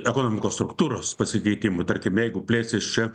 ekonomikos struktūros pasikeitimų tarkim jeigu plėsis čia